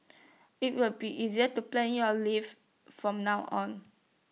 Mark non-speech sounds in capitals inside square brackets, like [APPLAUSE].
[NOISE] IT will be easier to plan your leave from now on